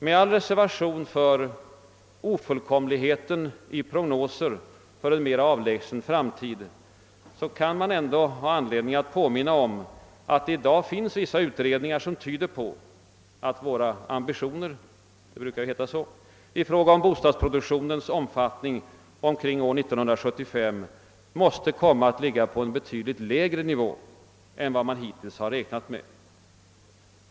Med all reservation för ofullkomligheten i prognoser för en mera avlägsen framtid kan man ändå ha anledning att påminna om, att det i dag finns vissa utredningar, som tyder på att »våra ambitioner» — det brukar ju heta så — i fråga om bostadsproduktionens omfattning omkring år 1975 måste komma att ligga på en betydligt lägre nivå än vad man hittills räknat med.